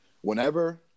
whenever